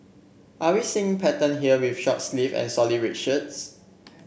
are we seeing pattern here with short sleeves and solid red shirts